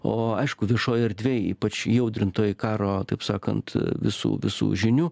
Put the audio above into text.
o aišku viešoj erdvėj ypač įaudrintoj karo taip sakant visų visų žinių